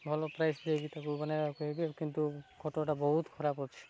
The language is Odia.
ଭଲ ପ୍ରାଇସ୍ ଦେଇକି ତାକୁ ବନେଇବାକୁ ଦେବି କିନ୍ତୁ ଖଟଟା ବହୁତ ଖରାପ ଅଛି